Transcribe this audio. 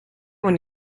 when